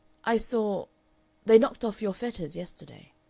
i saw they knocked off your fetters yesterday.